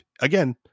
again